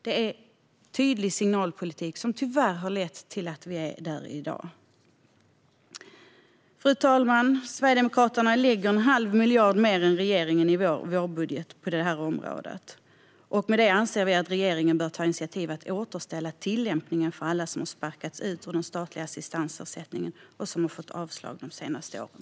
Det är tydlig signalpolitik som tyvärr har lett till att vi är där vi är i dag. Fru talman! Sverigedemokraterna lägger en halv miljard mer än regeringen i vår vårbudget på just det här området. Med det anser vi att regeringen bör ta initiativ till att återställa tillämpningen för alla som har sparkats ut ur den statliga assistansersättningen och som har fått avslag under de senaste åren.